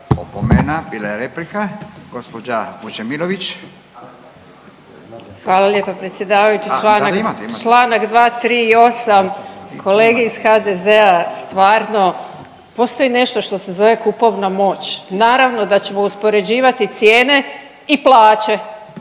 Vesna (Hrvatski suverenisti)** Hvala lijepa predsjedavajući. Čl. 238. kolege iz HDZ-a stvarno postoji nešto što se zove kupovna moć, naravno da ćemo uspoređivati cijene i plaće